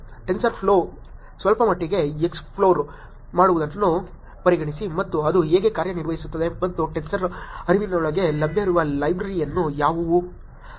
TensorFlow ಸ್ವಲ್ಪಮಟ್ಟಿಗೆ explore ಮಾಡುವುದನ್ನು ಪರಿಗಣಿಸಿ ಮತ್ತು ಅದು ಹೇಗೆ ಕಾರ್ಯನಿರ್ವಹಿಸುತ್ತದೆ ಮತ್ತು ಟೆನ್ಸರ್ ಹರಿವಿನೊಳಗೆ ಲಭ್ಯವಿರುವ ಲೈಬ್ರರಿಗಳು ಯಾವುವು